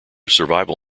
survival